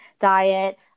diet